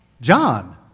John